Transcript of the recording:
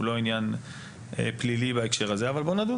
הוא לא עניין פלילי בהקשר הזה אבל בואו נדון